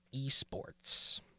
eSports